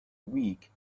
week